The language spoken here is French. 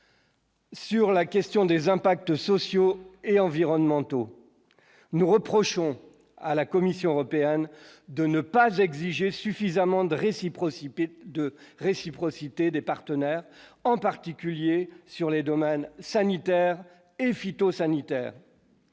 Sur la question des impacts sociaux et environnementaux nous reprochons à la Commission européenne de ne pas exiger suffisamment de réciprocité de réciprocité des partenaires, en particulier sur les domaines sanitaires et phytosanitaires